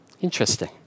interesting